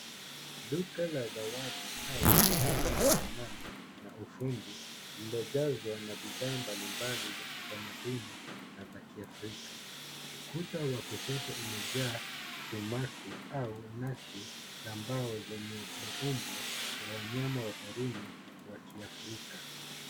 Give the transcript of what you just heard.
Duka la zawadi au soko la sanaa la ufundi lililojazwa na bidhaa mbalimbali za kitamaduni na za kiafrika. Ukuta wa kushoto umejaa somaku au nakshi za mbao zenye maumbo ya wanyama wa porini wa kiafrika.